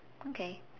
okay